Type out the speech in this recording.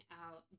out